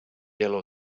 yellow